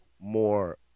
more